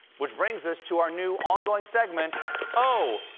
which brings us to our new, ongoing segment oh.